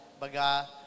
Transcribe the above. baga